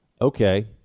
Okay